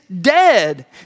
dead